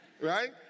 right